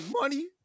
money